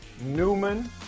Newman